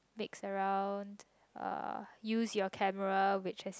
mixed around uh use your camera which is